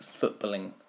footballing